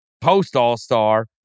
post-all-star